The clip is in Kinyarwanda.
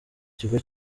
kigo